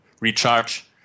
recharge